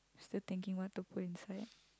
still thinking what to put inside